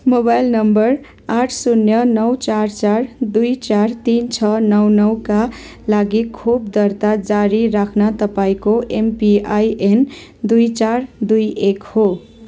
mobile number आठ शून्य नौ चार चार दुई चार तिन छ नौ नौका लागि खोप दर्ता जारी राख्न तपाईँको एमपिआइएन दुई चार दुई एक हो